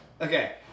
Okay